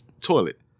toilet